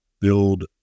build